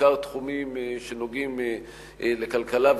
בעיקר מתחומים שנוגעים לכלכלה,